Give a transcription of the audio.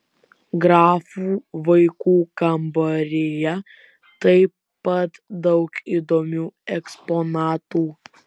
grafų vaikų kambaryje taip pat daug įdomių eksponatų